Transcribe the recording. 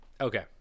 Okay